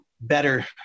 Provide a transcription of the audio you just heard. better